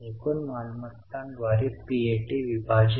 एकूण मालमत्तांद्वारे पीएटी विभाजित